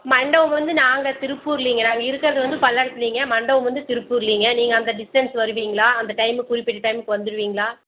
மண்டபம் வந்து நாங்க திருப்பூரிலிங்க நாங்கள் இருக்கிறது வந்து பல்லடத்திலிங்க மண்டபம் வந்து திருப்பூர்லிங்க நீங்கள் அந்த டிஸ்டன்ஸ் வருவீங்களா அந்த டைம்க்கு குறிப்பிட்ட டைம்க்கு வந்துடுவீங்களா